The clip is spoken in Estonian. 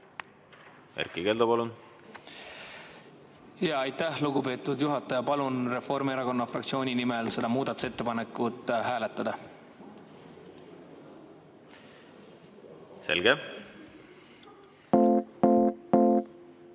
Erkki Keldo, palun! Aitäh, lugupeetud juhataja! Palun Reformierakonna fraktsiooni nimel seda muudatusettepanekut hääletada, aga